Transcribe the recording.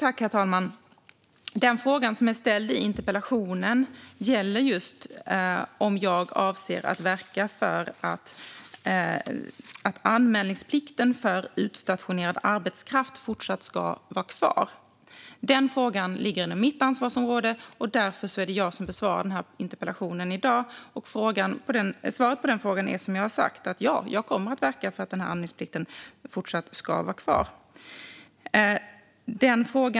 Herr talman! Den fråga som är ställd i interpellationen gäller om jag avser att verka för att anmälningsplikten för utstationerad arbetskraft fortsatt ska vara kvar. Den frågan ligger under mitt ansvarsområde, och därför är det jag som besvarar interpellationen här i dag. Svaret på frågan är, som jag har sagt, att jag kommer att verka för att anmälningsplikten fortsatt ska vara kvar.